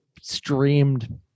streamed